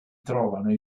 trovano